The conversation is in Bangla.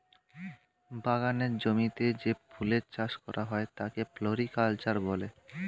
বাগানের জমিতে যে ফুলের চাষ করা হয় তাকে ফ্লোরিকালচার বলে